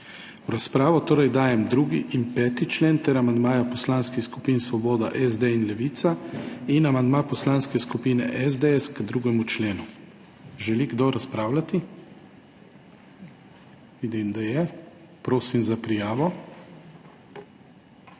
V razpravo torej dajem 2. in 5. člen ter amandmaja poslanskih skupin Svoboda, SDS in Levica in amandma Poslanske skupine SDS k 2. členu. Želi kdo razpravljati? Vidim, da ja. Prosim za prijavo.